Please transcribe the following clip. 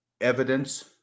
evidence